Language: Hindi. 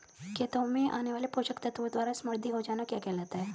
खेतों में आने वाले पोषक तत्वों द्वारा समृद्धि हो जाना क्या कहलाता है?